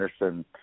Anderson